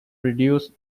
reduce